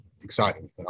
exciting